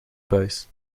buis